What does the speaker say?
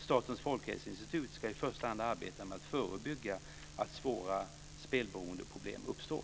Statens folkhälsoinstitut ska i första hand arbeta med att förebygga att svåra spelberoendeproblem uppstår.